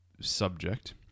subject